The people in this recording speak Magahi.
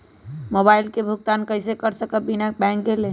मोबाईल के भुगतान कईसे कर सकब बिना बैंक गईले?